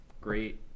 great